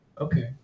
Okay